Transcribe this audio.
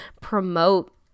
promote